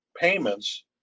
payments